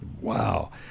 Wow